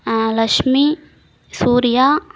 Lakshmi Surya